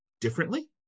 differently